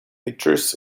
pictures